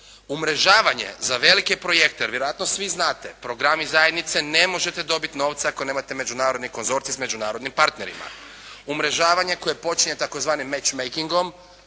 Umrežavanje za velike projekte, vjerojatno svi znate, programi zajednice ne možete dobiti novce ako nemate međunarodni konzorcij s međunarodnim partnerima. Umrežavanje koje počinje tzv. match makeingom